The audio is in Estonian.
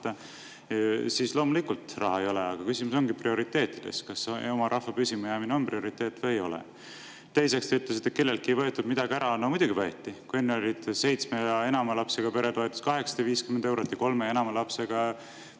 siis loomulikult raha ei ole. Aga küsimus ongi prioriteetides: kas oma rahva püsimajäämine on prioriteet või ei ole? Teiseks te ütlesite, et kelleltki ei võetud midagi ära. No muidugi võeti! Enne oli seitsme ja enama lapsega pere toetus 850 eurot ja kolme ja enama lapsega